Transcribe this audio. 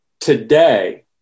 today